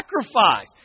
sacrifice